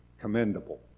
Commendable